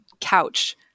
couch